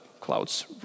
clouds